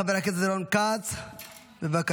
חבר הכנסת רון כץ, בבקשה.